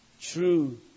true